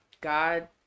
God